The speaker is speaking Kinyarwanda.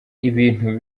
ibintu